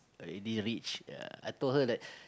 already reach ya I told her that